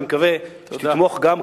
אני מקווה שתתמוך גם,